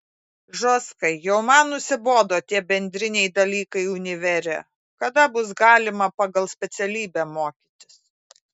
žostkai jau man nusibodo tie bendriniai dalykai univere kada bus galima pagal specialybę mokytis